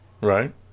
Right